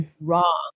wrong